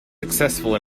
successful